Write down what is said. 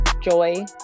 joy